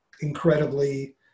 incredibly